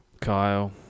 Kyle